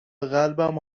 قلبم